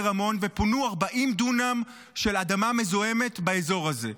רמון ופונו 40 דונם של אדמה מזוהמת באזור הזה.